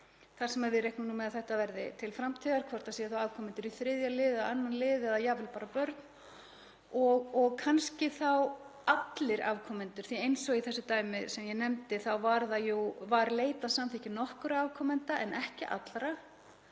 þar sem við reiknum með að þetta verði til framtíðar, hvort það séu þá afkomendur í þriðja lið eða annan lið eða jafnvel bara börn og kannski þá allir afkomendur, því eins og í þessu dæmi sem ég nefndi var jú leitað samþykkis nokkurra afkomenda en ekki allra,